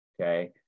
okay